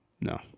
No